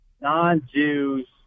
non-Jews